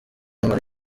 inkuru